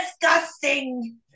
disgusting